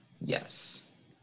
Yes